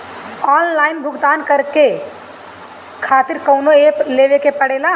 Online भुगतान करके के खातिर कौनो ऐप लेवेके पड़ेला?